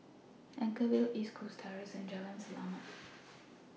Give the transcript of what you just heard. Anchorvale LINK East Coast Terrace and Jalan Selamat